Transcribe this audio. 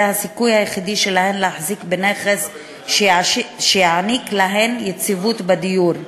כי זה הסיכוי היחידי שלהן להחזיק בנכס שיעניק להן יציבות בדיור,